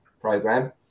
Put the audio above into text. program